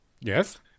Yes